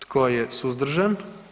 Tko je suzdržan?